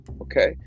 Okay